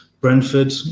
Brentford